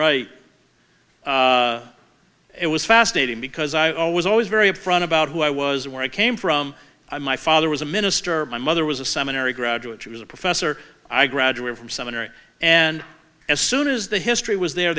right it was fascinating because i always always very upfront about who i was where i came from my father was a minister my mother was a seminary graduate she was a professor i graduated from seminary and as soon as the history was there